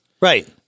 right